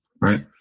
Right